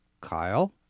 Kyle